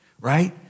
right